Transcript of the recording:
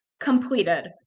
Completed